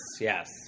yes